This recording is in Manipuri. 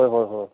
ꯍꯣꯏ ꯍꯣꯏ ꯍꯣꯏ